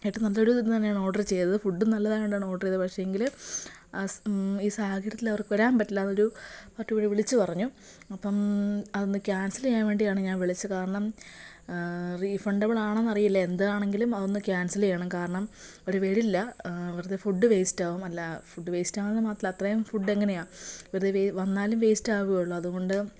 ഏറ്റവും നല്ലത് തന്നെയാണ് ഓർഡറ് ചെയ്തത് ഫുഡും നല്ലതായതുകൊണ്ടാണ് ഓർഡർ ചെയ്തത് പക്ഷെ എങ്കിൽ അസ് ഈ സാഹചര്യത്തിൽ അവർക്ക് വരാൻ പറ്റില്ലായെന്ന് ഒരു മറ്റും അവർ വിളിച്ച് പറഞ്ഞു അപ്പം അതൊന്ന് കാൻസൽ ചെയ്യാൻ വേണ്ടിയാണ് ഞാൻ വിളിച്ചത് കാരണം റീഫണ്ടബിൾ ആണോയെന്നറിയില്ല എന്താണെങ്കിലും അതൊന്ന് കാൻസൽ ചെയ്യണം കാരണം അവർ വരില്ല വെറുതെ ഫുഡ് വേസ്റ്റാവും അല്ല ഫുഡ് വേസ്റ്റാവുന്ന മാത്രമല്ല അത്രയും ഫുഡ് എങ്ങനെയാ വെറുതെ വന്നാലും വേസ്റ്റാവുള്ളൂ അതുകൊണ്ട്